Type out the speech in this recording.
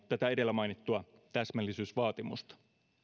tätä edellä mainittua täsmällisyysvaatimusta